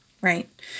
right